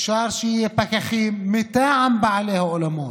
אפשר שיהיו פקחים מטעם בעלי האולמות,